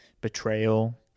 betrayal